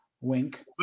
wink